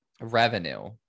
revenue